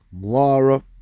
Laura